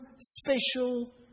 special